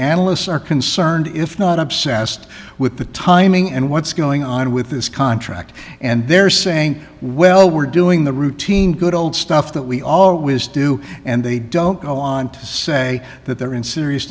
analysts are concerned if not obsessed with the timing and what's going on with this contract and they're saying well we're doing the routine good old stuff that we always do and they don't go on to say that they're in serious